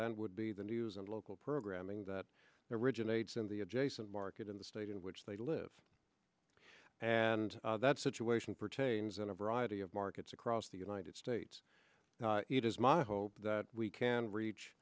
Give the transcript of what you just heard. than would be the news and local programming that originates in the adjacent market in the state in which they live and that situation pertains in a variety of markets across the united states it is my hope that we can reach